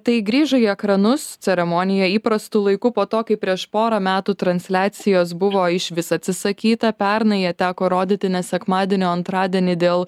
tai grįžo į ekranus ceremonija įprastu laiku po to kai prieš porą metų transliacijos buvo išvis atsisakyta pernai ją teko rodyti ne sekmadienio antradienį dėl